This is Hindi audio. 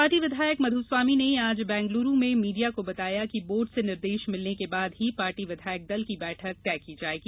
पार्टी विधायक मधुस्वामी ने आज बेंगलूरू में मीडिया को बताया कि बोर्ड से निर्देश मिलने के बाद ही पार्टी विधायक दल की बैठक तय की जायेगी